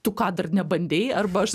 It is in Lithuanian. tu ką dar nebandei arba aš